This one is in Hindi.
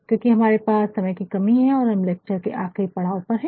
क्योकि हमारे पास समय की कमी है और हम लेक्चर के आखिरी पड़ाव पर है